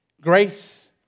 Grace